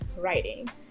writing